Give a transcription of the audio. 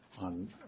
on